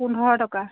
পোন্ধৰ টকা